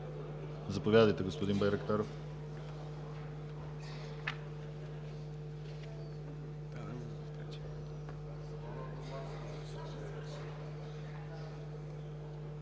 Заповядайте, господин Байрактаров.